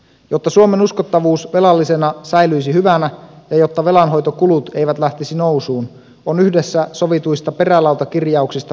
jotta suomen uskottavuus velallisena säilyisi hyvänä ja jotta velanhoitokulut eivät lähtisi nousuun on yhdessä sovituista perälautakirjauksista pidettävä kiinni